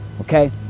okay